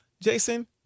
Jason